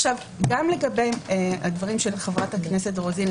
גם לגבי הדברים של חברת הכנסת רוזין,